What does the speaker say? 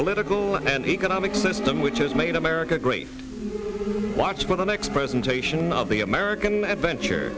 political and economic system which has made america great watch for the next presentation of the american adventure